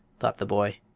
thought the boy.